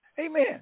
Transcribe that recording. Amen